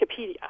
Wikipedia